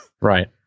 right